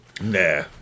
nah